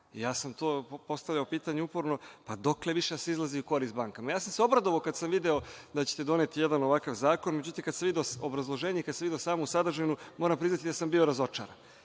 Ja sam to postavljao pitanje uporno – dokle više da se izlazi u korist bankama? Ja sam se obradovao kad sam video da ćete doneti jedan ovakav zakon. Međutim, kada sam video obrazloženje i kada sam video samu sadržinu, moram priznati da sam bio razočaran. Evo